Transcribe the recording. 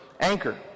Anchor